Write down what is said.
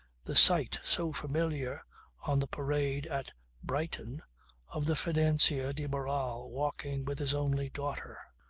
the sight so familiar on the parade at brighton of the financier de barral walking with his only daughter.